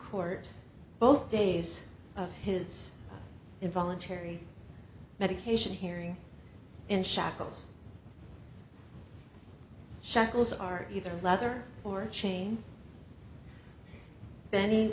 court both days of his involuntary medication hearing and shackles shackles are either leather or chain ben